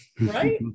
Right